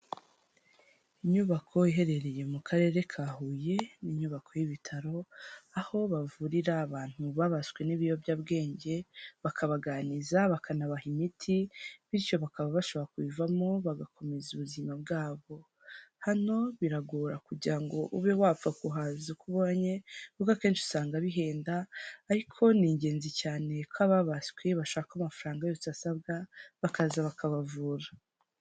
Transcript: Inyubako iherereye mu karere ka Huye, ni nyubako y'ibitaro aho bavurira abantu babaswe n'ibiyobyabwenge, bakabaganiza, bakanabaha imiti bityo bakaba bashobora kubivamo bagakomeza ubuzima bwabo, hano biragora kugira ngo ube wapfa kuhaza uko ubonye kuko akenshi usanga bihenda ariko ni ingenzi cyane ko ababaswe bashaka amafaranga yose asabwa bakaza bakabavura.